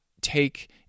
take